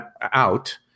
out –